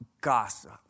gossip